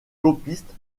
copiste